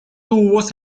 tubos